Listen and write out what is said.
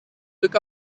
took